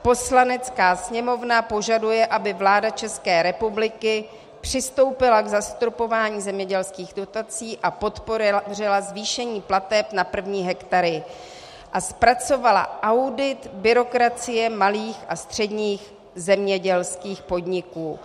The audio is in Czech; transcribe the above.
Poslanecká sněmovna požaduje, aby vláda České republiky přistoupila k zastropování zemědělských dotací, podpořila zvýšení plateb na první hektary a zpracovala audit byrokracie malých a středních zemědělských podniků.